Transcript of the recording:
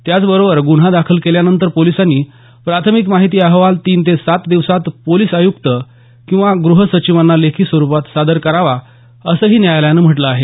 त्याचबरोबर गुन्हा दाखल केल्यानंतर पोलिसांनी प्राथमिक माहिती अहवाल तीन ते सात दिवसात पोलिस आय्क्त किंवा ग्रह सचिवांना लेखी स्वरूपात सादर करावा असंही न्यायालयानं म्हटलं आहे